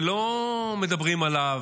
ולא מדברים עליו,